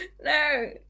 No